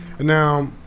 Now